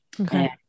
Okay